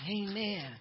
Amen